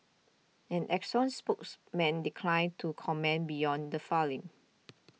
an Exxon spokesman declined to comment beyond the folling